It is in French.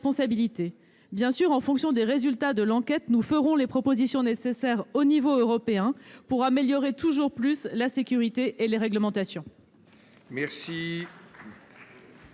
En fonction de ses résultats, nous ferons les propositions nécessaires au niveau européen pour améliorer toujours plus la sécurité et les réglementations.